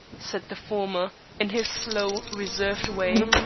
said the former, in his slow, reserved way.